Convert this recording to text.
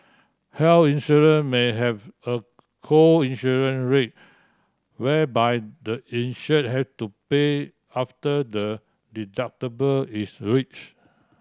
health insurance may have a co insurance rate whereby the insured have to pay after the deductible is reach